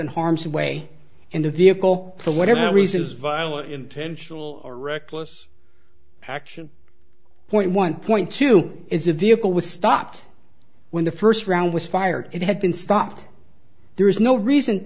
in harm's way in the vehicle for whatever reason was violent intentional or reckless action point one point two is the vehicle was stopped when the first round was fired it had been stopped there is no reason